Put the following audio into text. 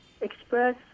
express